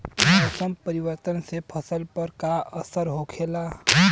मौसम परिवर्तन से फसल पर का असर होखेला?